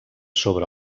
sobre